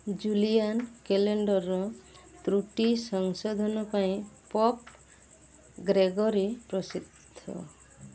Julian କ୍ୟାଲେଣ୍ଡରର ତ୍ରୁଟି ସଂଶୋଧନ ପାଇଁ ପୋପ୍ ଗ୍ରେଗୋରୀ ପ୍ରସିଦ୍ଧ